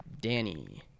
Danny